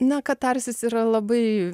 na katarsis yra labai